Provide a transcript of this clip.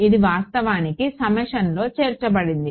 ఇది వాస్తవానికి సమ్మేషన్లో చేర్చబడింది